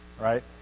Right